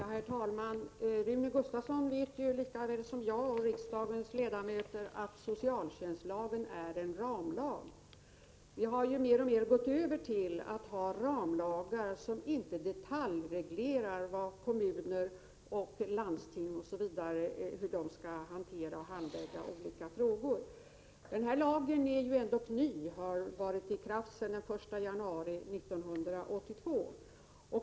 Herr talman! Rune Gustavsson vet lika väl som jag och riksdagens ledamöter att socialtjänstlagen är en ramlag. Vi har ju mer och mer gått över till ramlagar som inte detaljreglerar hur kommuner, landsting osv. skall handlägga olika frågor. Den här lagen är ju ändå en ny lag — den trädde i kraft den 1 januari 1982.